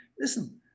listen